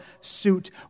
suit